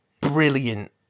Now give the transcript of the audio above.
brilliant